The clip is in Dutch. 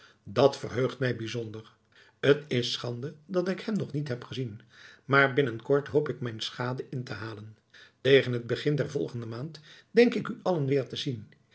dat verheugt mij bijzonder t is schande dat ik hem nog niet heb gezien maar binnenkort hoop ik mijn schade in te halen tegen het begin der volgende maand denk ik u allen weer te zien